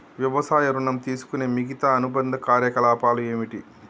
వ్యవసాయ ఋణం తీసుకునే మిగితా అనుబంధ కార్యకలాపాలు ఏమిటి?